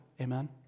Amen